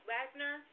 Wagner